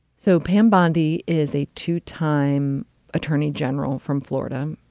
so pam bondi is a two time attorney general from florida.